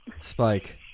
Spike